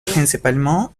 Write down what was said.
principalement